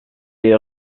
est